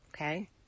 Okay